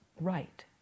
right